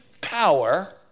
power